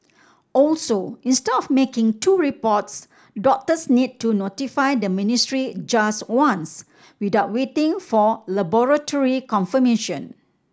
also instead of making two reports doctors need to notify the ministry just once without waiting for laboratory confirmation